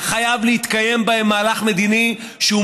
אלא חייב להתקיים בהן מהלך מדיני שהוא